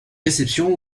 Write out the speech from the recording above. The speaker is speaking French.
réceptions